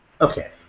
Okay